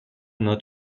not